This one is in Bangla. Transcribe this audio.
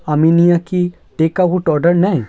আমিনিয়া কি টেকআউট অর্ডার নেয়